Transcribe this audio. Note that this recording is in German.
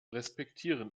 respektieren